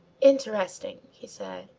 interesting, he said.